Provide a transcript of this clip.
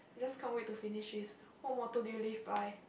let's come wait to finish this what motto do you live by